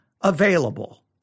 available